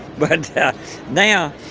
but now,